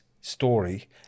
story